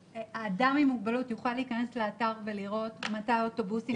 האדם עם מוגבלות יוכל להיכנס לאתר ולראות מתי האוטובוסים הנגישים?